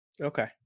Okay